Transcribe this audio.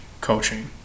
coaching